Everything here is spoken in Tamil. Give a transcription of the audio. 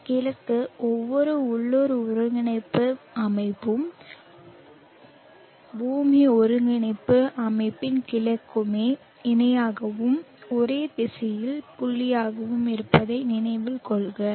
இந்த கிழக்கு ஒவ்வொரு உள்ளூர் ஒருங்கிணைப்பு அமைப்பும் பூமி ஒருங்கிணைப்பு அமைப்பின் கிழக்குமே இணையாகவும் ஒரே திசையில் புள்ளியாகவும் இருப்பதை நினைவில் கொள்க